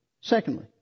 Secondly